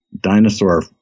dinosaur